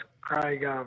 Craig